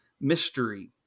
mystery